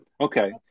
okay